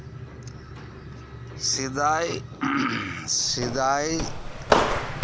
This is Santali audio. ᱥᱮᱫᱟᱭ ᱥᱮᱫᱟᱭ